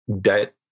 debt